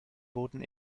wurden